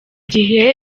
gihe